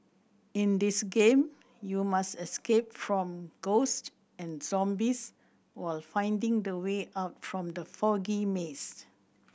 in this game you must escape from ghost and zombies while finding the way out from the foggy maze